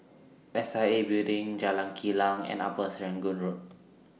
S I A Building Jalan Kilang and Upper Serangoon Road